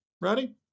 ready